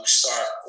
start